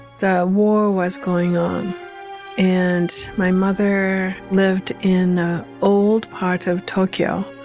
the war was going on and my mother lived in old part of tokyo.